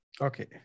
okay